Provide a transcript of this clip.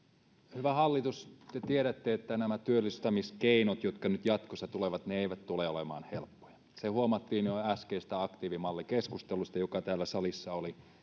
hyvä hallitus te tiedätte että nämä työllistämiskeinot jotka nyt jatkossa tulevat eivät tule olemaan helppoja se huomattiin jo äskeisestä aktiivimallikeskustelusta joka täällä salissa oli